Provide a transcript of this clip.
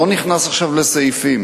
לא נכנס עכשיו לסעיפים,